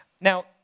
Now